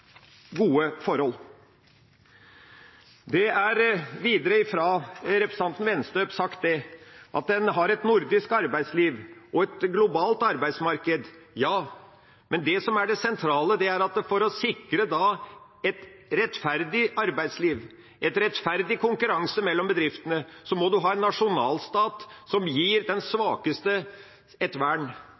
gode forhold. Videre: Representanten Wenstøb har sagt at en har et nordisk arbeidsliv og et globalt arbeidsmarked. Ja, men det sentrale er at for å sikre et rettferdig arbeidsliv og en rettferdig konkurranse mellom bedriftene må en ha en nasjonalstat som gir den svakeste et vern,